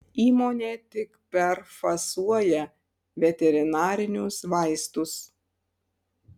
įmonė tik perfasuoja veterinarinius vaistus